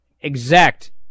Exact